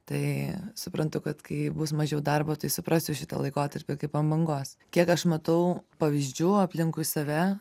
tai suprantu kad kai bus mažiau darbo tai suprasiu šitą laikotarpį kaip ant bangos kiek aš matau pavyzdžių aplinkui save